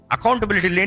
Accountability